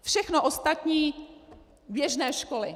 Všechno ostatní běžné školy.